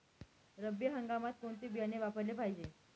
रब्बी हंगामात कोणते बियाणे वापरले पाहिजे?